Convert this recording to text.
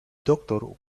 doctor